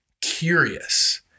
curious